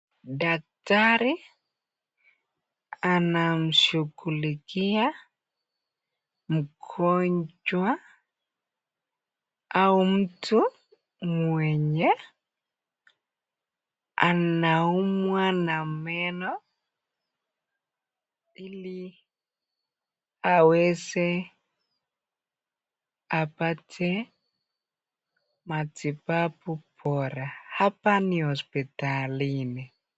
Daktari anamshughulikia mgonjwa mtu mwenye anaumwa na meno aweze kupata matibabu bora. Hapa ni hosipitalini.